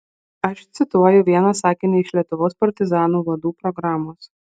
aš cituoju vieną sakinį iš lietuvos partizanų vadų programos